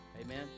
Amen